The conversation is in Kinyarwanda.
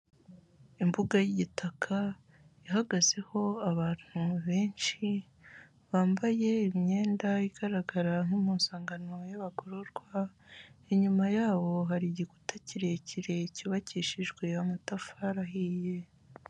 Imbuga y'igitaka ihagazeho abantu benshi bambaye imyenda igaragara nk'impuzankano y'abagororwa, inyuma yabo hari igikuta kirekire cyubakishijwe amatafari ahiye.